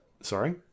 sorry